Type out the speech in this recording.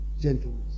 Gentleness